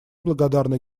благодарна